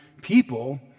people